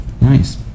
Nice